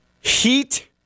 Heat